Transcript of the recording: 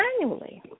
annually